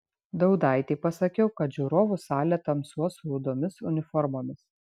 daudaitei pasakiau kad žiūrovų salė tamsuos rudomis uniformomis